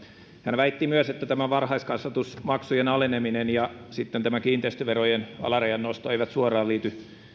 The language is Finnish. hän väitti myös että varhaiskasvatusmaksujen aleneminen ja kiinteistöverojen alarajan nosto eivät suoraan liity